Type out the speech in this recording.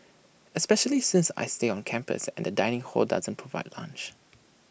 especially since I stay on campus and the dining hall doesn't provide lunch